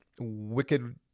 wicked